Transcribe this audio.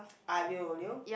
aglio-olio